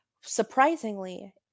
surprisingly